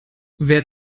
wer